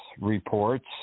reports